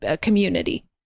community